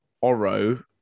ORO